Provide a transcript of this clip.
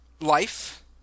Life